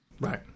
Right